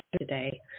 today